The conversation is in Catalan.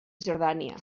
jordània